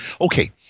Okay